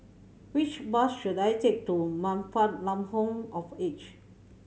which bus should I take to Man Fatt Lam Home of Aged